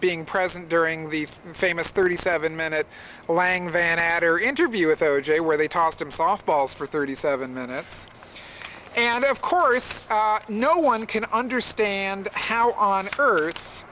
being present during the famous thirty seven minute lang van atter interview with o j where they tossed him softballs for thirty seven minutes and of course no one can understand how on earth